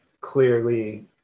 clearly